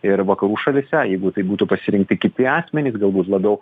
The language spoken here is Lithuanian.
ir vakarų šalyse jeigu tai būtų pasirinkti kiti asmenys galbūt labiau